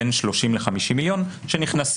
בין 30,000,000 ל-50,000,000 שנכנסים כל שנה.